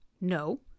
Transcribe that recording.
No